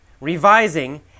revising